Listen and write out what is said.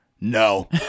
no